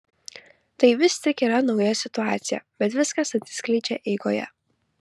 tai vis tik yra nauja situacija bet viskas atsiskleidžia eigoje